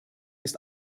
ist